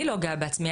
אני לא גאה בעצמי.